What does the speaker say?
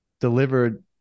delivered